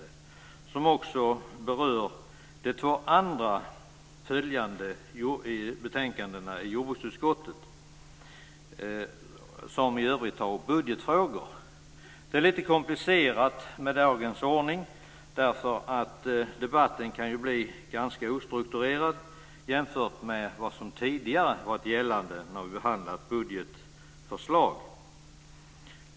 De berör också de två andra följande betänkandena i jordbruksutskottet, som i övrigt tar upp budgetfrågor. Det är litet komplicerat med dagens ordning därför att debatten kan bli ganska ostrukturerad jämfört med vad som tidigare varit gällande när vi har behandlat budgetförslag.